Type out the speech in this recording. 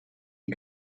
die